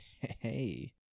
hey